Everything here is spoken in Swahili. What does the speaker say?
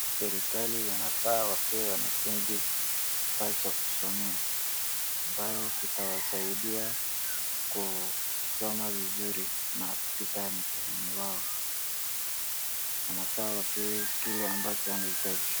Serikali inafaa iwapee wanafunzi kifaa Cha kusomea ambacho kitawasaidia kusoma vizuri na kupita mtihani wao. Wanafaa wapewe kile ambacho wanahitaji.